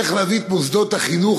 איך להביא את מוסדות החינוך,